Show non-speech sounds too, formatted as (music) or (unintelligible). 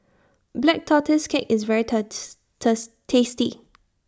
Black Tortoise Cake IS very (unintelligible) tasty